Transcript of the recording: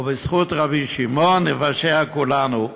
ובזכות רבי שמעון ניוושע כולנו.